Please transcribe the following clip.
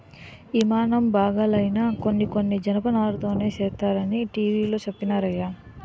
యిమానం బాగాలైనా కొన్ని కొన్ని జనపనారతోనే సేస్తరనీ టీ.వి లో చెప్పినారయ్య